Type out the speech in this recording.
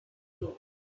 doe